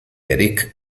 eric